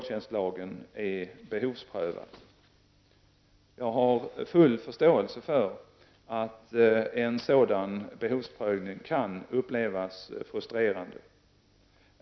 Jag har full förståelse för att en sådan behovsprövning kan upplevas som frustrerande.